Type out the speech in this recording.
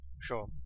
Sure